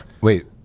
Wait